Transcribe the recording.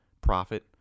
profit